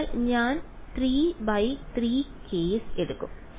അതിനാൽ ഞാൻ 3 by 3 case എടുക്കും